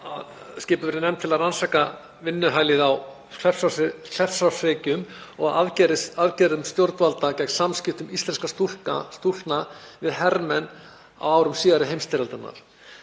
skipuð verði nefnd til að rannsaka vinnuhælið á Kleppjárnsreykjum og aðgerðir stjórnvalda gegn samskiptum íslenskra stúlkna við hermenn á árum síðari heimsstyrjaldarinnar.